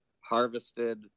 harvested